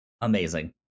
Amazing